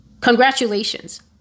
Congratulations